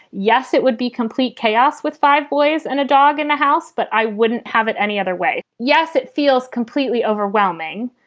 yes. it would be complete chaos with five boys and a dog in the house, but i wouldn't have it any other way. yes, it feels completely overwhelming.